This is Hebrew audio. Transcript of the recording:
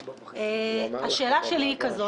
יש לי כמה שאלות.